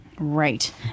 right